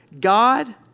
God